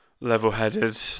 level-headed